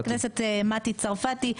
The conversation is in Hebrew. הערותיה של חברת הכנסת מטי צרפתי.